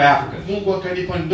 Africa